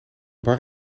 bar